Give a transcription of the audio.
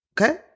Okay